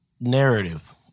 narrative